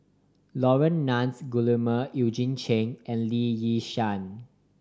Laurence Nunns Guillemard Eugene Chen and Lee Yi Shyan